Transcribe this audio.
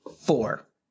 four